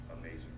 amazing